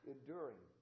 Enduring